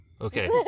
Okay